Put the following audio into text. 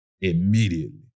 immediately